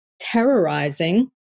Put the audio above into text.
terrorizing